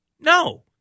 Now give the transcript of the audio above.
No